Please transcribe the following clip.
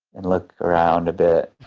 and look around a bit?